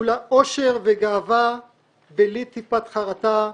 כולה אושר וגאווה בלי טיפת חרטה,